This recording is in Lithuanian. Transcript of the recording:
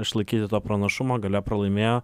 išlaikyti to pranašumo gale pralaimėjo